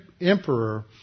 emperor